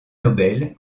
nobel